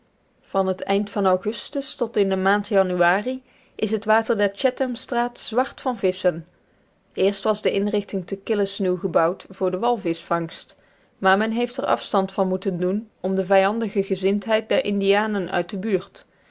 van het eind van augustus tot in de maand januari is het water der chathamstraat zwart van visschen eerst was de inrichting te killisnoo gebouwd voor de walvischvangst maar men heeft er afstand van moeten doen om de vijandige gezindheid der indianen uit de buurt